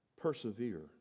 Persevere